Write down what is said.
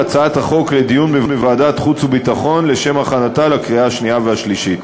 לדיון בוועדת החוץ והביטחון לשם הכנתה לקריאה שנייה ושלישית.